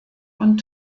und